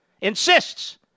insists